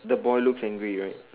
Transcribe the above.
the boy looks angry right